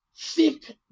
thick